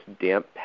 damp